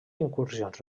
incursions